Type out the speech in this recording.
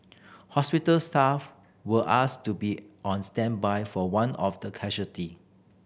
hospital staff were asked to be on standby for one of the casualty